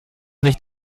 nicht